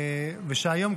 ושהיום,